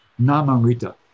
Namamrita